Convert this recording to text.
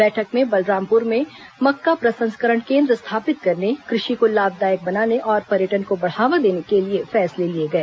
बैठक में बलरामपुर में मक्का प्रसंस्करण केन्द्र स्थापित करने कृषि को लाभदायक बनाने और पर्यटन को बढ़ावा देने के लिए फैसले लिए गए